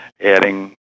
adding